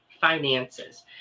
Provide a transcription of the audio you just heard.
finances